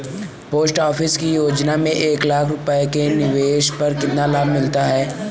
Post office की योजना में एक लाख रूपए के निवेश पर कितना लाभ मिलता है?